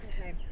okay